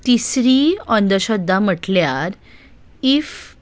तिसरी अंदश्रध्दा म्हटल्यार इफ